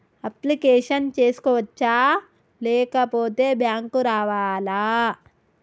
Application చేసుకోవచ్చా లేకపోతే bank రావాలా?